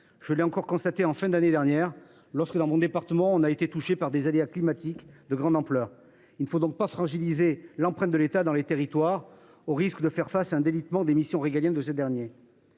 je l’ai encore constaté en fin d’année dernière, lorsque mon département a été touché par des aléas climatiques de grande ampleur. Il ne faut donc pas fragiliser l’empreinte de l’État dans les territoires, au risque de faire face à un délitement des missions régaliennes de ce dernier.